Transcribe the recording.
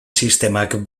sistemak